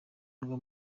murwa